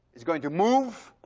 it's going to move